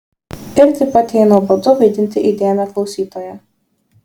ir taip pat jai nuobodu vaidinti įdėmią klausytoją